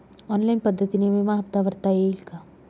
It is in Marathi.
ऑनलाईन पद्धतीने विमा हफ्ता भरता येईल का?